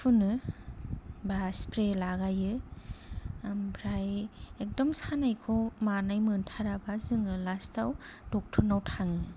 फुनो बा सिप्रे लागाइयो ओमफ्राय एगदम सानायखौ गानाय मोनथाराबा जोङो लास्थ आव ड'क्टरनाव थाङो